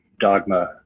dogma